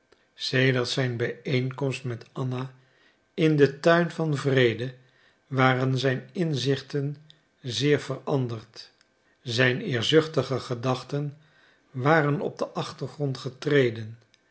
sedert zijn bijeenkomst met anna in den tuin van wrede waren zijn inzichten zeer veranderd zijn eerzuchtige gedachten waren op den achtergrond getreden